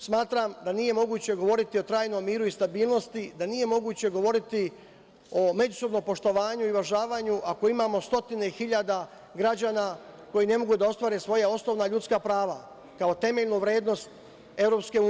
Smatram da nije moguće govoriti o trajnom miru i stabilnosti, da nije moguće govoriti o međusobnom poštovanju i uvažavanju ako imamo stotine hiljada građana koji ne mogu da ostvare svoja osnovna ljudska prava kao temeljnu vrednost EU.